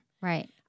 Right